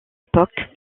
époque